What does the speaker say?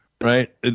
right